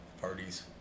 Parties